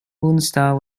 moonstar